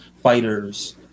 fighters